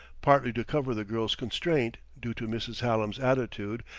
partly to cover the girl's constraint, due to mrs. hallam's attitude,